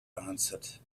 answered